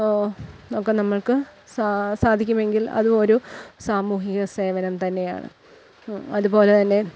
ഒക്കെ നമ്മൾക്ക് സാധിക്കുമെങ്കിൽ അത് ഒരു സാമൂഹിക സേവനം തന്നെയാണ് അതുപോലെ തന്നെ